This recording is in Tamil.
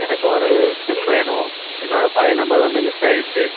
எனக்கு ஒரு சிம் வேணும் என்னோட பழைய நம்பர் வந்து மிஸ் ஆயிடுச்சி